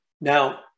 Now